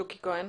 שוקי כהן?